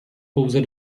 pouze